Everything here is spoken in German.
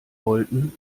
wollten